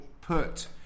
put